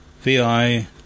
VI